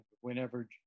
whenever